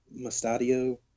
Mustadio